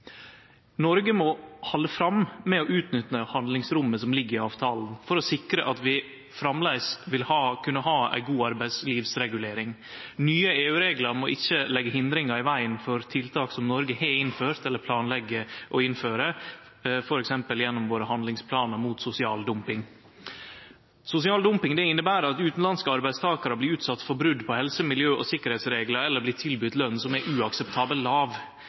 Noreg må halde fram med å utnytte handlingrommet som ligg i avtalen for å sikre at vi framleis vil kunne ha ei god arbeidslivsregulering. Nye EU-reglar må ikkje leggje hindringar i vegen for tiltak som Noreg har innført, eller planlegg å innføre, f.eks. gjennom våre handlingsplanar mot sosial dumping. Sosial dumping inneber at utanlandske arbeidstakarar blir utsette for brot på helse-, miljø- og sikkerheitsreglar eller blir tilbodne løn som er